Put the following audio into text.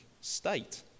state